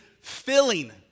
filling